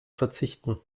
verzichten